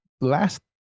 last